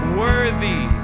worthy